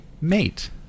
mate